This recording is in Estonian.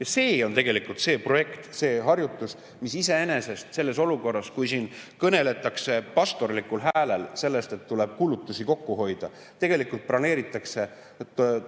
See on tegelikult see projekt, see harjutus, mis iseenesest selles olukorras, kus siin kõneldakse pastorlikul häälel sellest, et tuleb kulutusi kokku hoida, on tegelikult